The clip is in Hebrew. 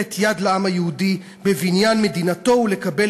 לתת יד לעם היהודי בבניין מדינתו ולקבל